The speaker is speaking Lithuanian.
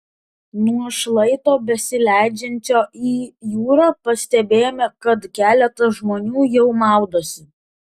nuo šlaito besileidžiančio į jūrą pastebėjome kad keletas žmonių jau maudosi